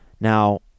Now